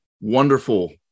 wonderful